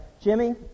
Jimmy